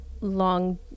long